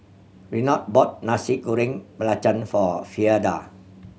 Renard bought Nasi Goreng Belacan for Frieda